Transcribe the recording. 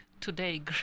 Today